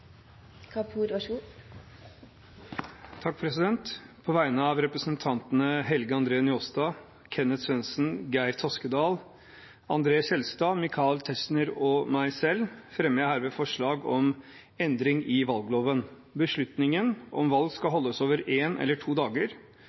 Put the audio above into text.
På vegne av representantene Helge André Njåstad, Kenneth Svendsen, Geir S. Toskedal, André Skjelstad, Michael Tetzschner og meg selv fremmer jeg herved forslag om endring i valgloven. Beslutningen om valg skal holdes over en eller to dager